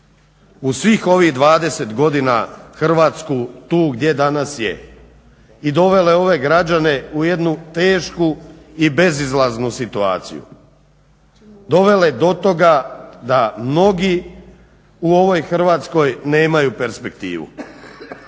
u svih ovih 20 godina Hrvatsku tu gdje danas je i dovela je ove građane u jednu tešku i bezizlaznu situaciju, dovele do toga da mnogi u ovoj Hrvatskoj nemaju perspektivu.